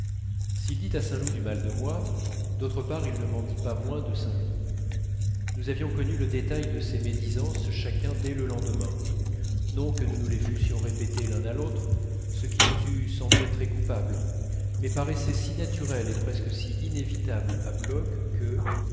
s'il dit à saint loup du mal de moi d'autre part il ne m'en dit pas moins de saint loup nous avions connu le détail de ces médisances chacun dès le lendemain non que nous nous les fussions répétées l'un à l'autre ce qui nous eût semblé très coupable mais paraissait si naturel et presque si inévitable à bloch que